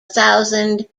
thousand